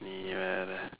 நீ வேறே:nii veeree